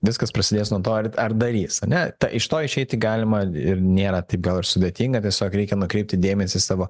viskas prasidės nuo to ar ar darys ane ta iš to išeiti galima ir nėra taip gal ir sudėtinga tiesiog reikia nukreipti dėmesį savo